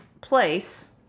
place